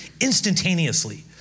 instantaneously